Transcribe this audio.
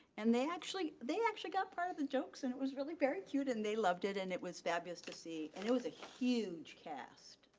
and they actually they actually got part of the jokes and it was really very cute and they loved it and it was fabulous to see and it was a huge cast.